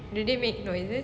do they make noises